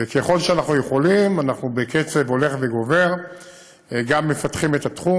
וככל שאנחנו יכולים אנחנו בקצב הולך וגובר גם מפתחים את התחום.